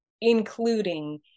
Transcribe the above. including